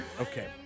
Okay